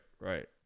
Right